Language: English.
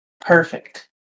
perfect